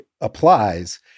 applies